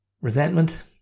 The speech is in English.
resentment